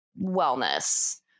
wellness